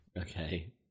Okay